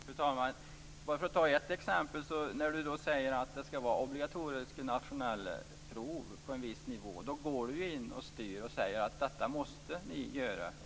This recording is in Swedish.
Fru talman! Jag skall ta ett exempel. När Ulf Nilsson säger att det skall vara obligatoriska nationella prov på en viss nivå går man ju in och styr och säger: Detta måste ni göra.